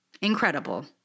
incredible